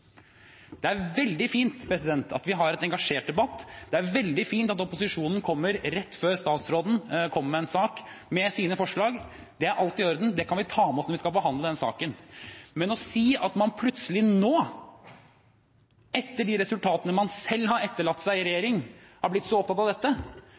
Det er veldig fint at vi har en engasjert debatt. Det er veldig fint at opposisjonen kommer med sine forslag rett før statsråden kommer med en sak. Det er i orden, det kan vi ta med oss når vi skal behandle den saken. Men plutselig nå, etter de resultatene man selv har etterlatt seg i